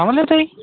ਹਮਲੇ 'ਤੇ ਹੀ